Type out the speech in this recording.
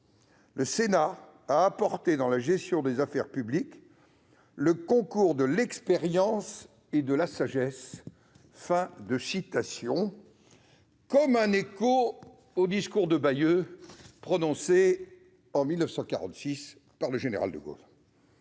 le Sénat a apporté dans la gestion des affaires publiques le concours de l'expérience et de la sagesse »; comme un écho au discours de Bayeux, prononcé, en 1946, par le général de Gaulle.